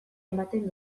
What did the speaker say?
ematen